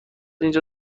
اینجا